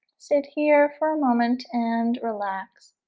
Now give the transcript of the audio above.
sit here for a moment and relax